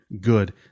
good